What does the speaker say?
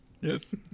Yes